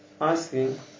asking